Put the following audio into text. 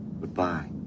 Goodbye